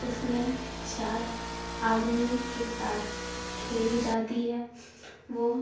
اس میں چار آدمی کے ساتھ کھیلی جاتی ہے وہ